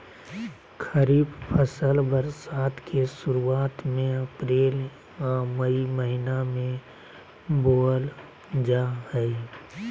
खरीफ फसल बरसात के शुरुआत में अप्रैल आ मई महीना में बोअल जा हइ